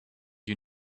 you